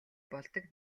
болдог